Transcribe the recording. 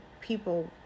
people